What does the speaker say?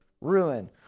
ruin